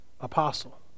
apostle